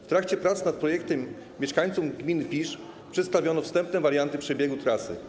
W trakcie prac nad projektem mieszkańcom gmin Pisz przedstawiono wstępne warianty przebiegu trasy.